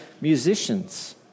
musicians